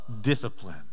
discipline